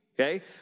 Okay